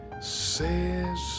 says